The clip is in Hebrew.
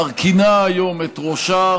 מרכינה היום את ראשה